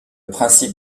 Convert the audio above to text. principe